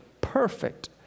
perfect